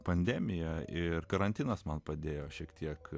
pandemija ir karantinas man padėjo šiek tiek